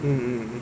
mm mm mm